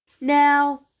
now